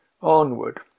Onward